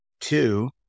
Two